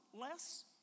less